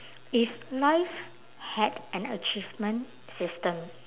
if life had an achievement system